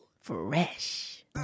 Fresh